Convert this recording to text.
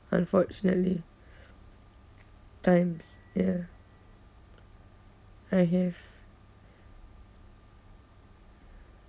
unfortunately times ya I have